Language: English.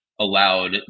allowed